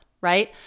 right